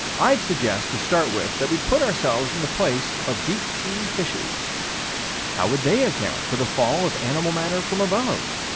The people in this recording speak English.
i'd suggest, to start with, that we'd put ourselves in the place of deep-sea fishes how would they account for the fall of animal-matter from above?